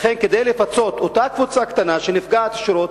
כדי לפצות את אותה קבוצה קטנה שנפגעת ישירות,